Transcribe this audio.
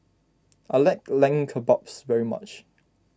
I like Lamb Kebabs very much